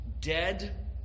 dead